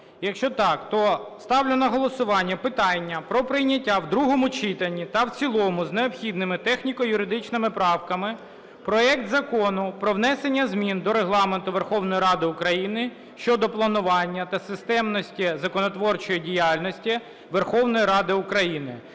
Якщо так, то ставлю на голосування питання про прийняття в другому читанні та в цілому з необхідними техніко-юридичними правками проект Закону про внесення змін до Регламенту Верховної Ради України щодо планування та системності законотворчої діяльності Верховної Ради України